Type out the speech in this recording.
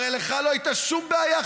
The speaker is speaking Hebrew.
הרי לך לא הייתה שום בעיה,